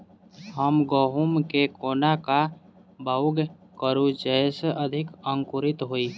हम गहूम केँ कोना कऽ बाउग करू जयस अधिक अंकुरित होइ?